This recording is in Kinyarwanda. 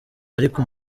ariko